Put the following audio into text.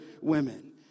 women